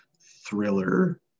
thriller